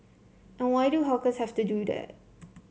and why do hawkers have to do that